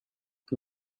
the